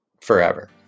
forever